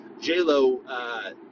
J-Lo